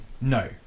no